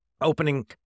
opening